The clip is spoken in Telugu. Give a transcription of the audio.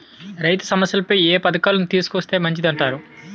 రైతు సమస్యలపై ఏ పథకాలను తీసుకొస్తే మంచిదంటారు?